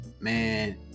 man